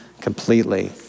completely